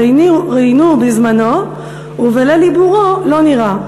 ראינוהו בזמנו ובליל עיבורו לא נראה",